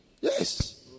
Yes